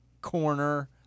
corner